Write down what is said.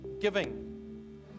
giving